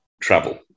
travel